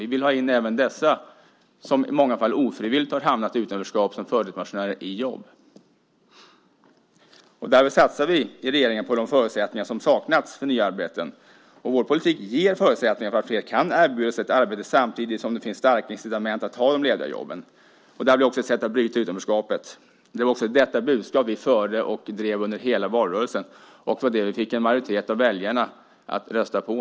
Vi vill ha in även dessa människor, som i många fall ofrivilligt har hamnat i utanförskap som förtidspensionärer, i jobb. Därför satsar regeringen på de förutsättningar som saknats för nya arbeten. Vår politik ger förutsättningar för att flera kan erbjudas ett arbete samtidigt som det finns starka incitament att ta de lediga jobben. Det blir också ett sätt att bryta utanförskapet. Det var också detta budskap vi drev hela valrörelsen. Det var det vi fick en majoritet av väljarna att rösta på.